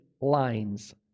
lines